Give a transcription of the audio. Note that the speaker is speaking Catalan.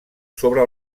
sobre